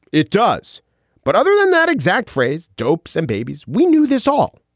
it does but other than that exact phrase, dopes and babies, we knew this all.